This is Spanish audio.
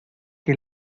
que